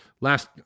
Last